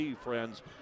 friends